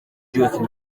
byose